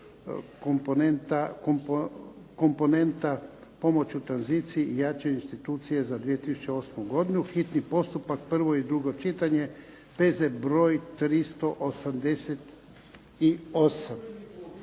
komponenta pomoć u tranziciji i jačanje institucija za 2008. godinu, hitni postupak, prvo i drugo čitanje, P.Z. br. 388